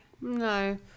no